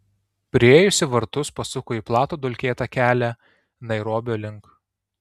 priėjusi vartus pasuko į platų dulkėtą kelią nairobio link